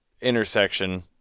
intersection